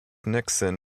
nixon